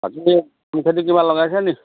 বাকী খেতি চেতি কিবা লগাইছা নেকি